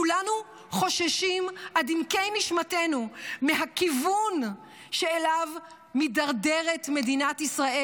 כולנו חוששים עד עמקי נשמתנו מהכיוון שאליו מידרדרת מדינת ישראל.